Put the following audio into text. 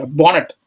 bonnet